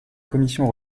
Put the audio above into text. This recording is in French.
commission